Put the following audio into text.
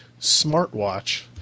smartwatch